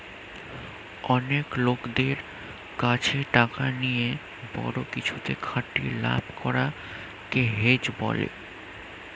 অনেক লোকদের কাছে টাকা নিয়ে বড়ো কিছুতে খাটিয়ে লাভ করা কে হেজ বলে